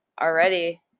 already